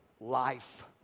life